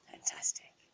Fantastic